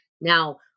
now